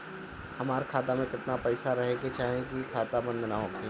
हमार खाता मे केतना पैसा रहे के चाहीं की खाता बंद ना होखे?